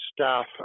staff